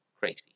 Crazy